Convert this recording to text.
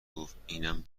گفت، اینم